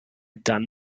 done